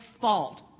fault